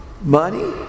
money